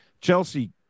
Chelsea